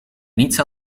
niets